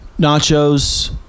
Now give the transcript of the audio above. Nachos